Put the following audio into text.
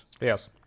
Yes